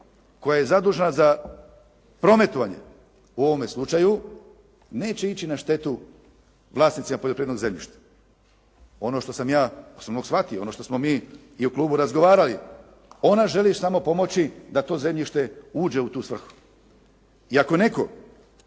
koja je zadužena za prometovanje u ovome slučaju, neće ići na štetu vlasnicima poljoprivrednog zemljišta. Ono što sam ja osobno shvatio, ono što smo mi i u klubu razgovarali, ona želi samo pomoći da to zemljište uđe u tu svrhu. I ako netko